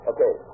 Okay